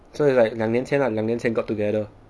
so it's like 两年前两年前 ah got together